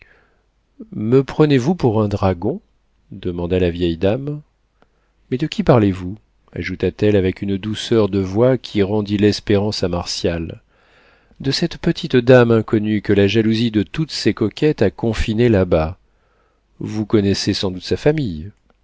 me prenez-vous pour un dragon demanda la vieille dame mais de qui parlez-vous ajouta-t-elle avec une douceur de voix qui rendit l'espérance à martial de cette petite dame inconnue que la jalousie de toutes ces coquettes a confinée là-bas vous connaissez sans doute sa famille